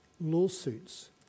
lawsuits